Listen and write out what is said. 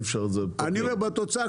בתוצאה,